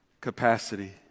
Capacity